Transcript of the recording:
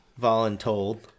voluntold